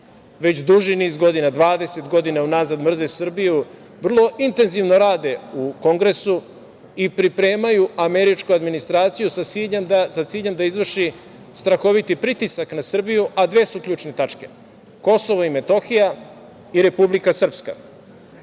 već duži niz godina, 20 godina unazad mrze Srbiju, vrlo intenzivno rade u Kongresu i pripremaju američku administraciju sa ciljem da izvrši strahoviti pritisak na Srbiju, a dve su ključne tačke, Kosovo i Metohija i Republika Srpska. Jedna